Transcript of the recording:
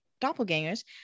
Doppelgangers